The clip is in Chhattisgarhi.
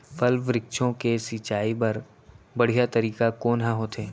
फल, वृक्षों के सिंचाई बर बढ़िया तरीका कोन ह होथे?